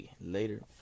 Later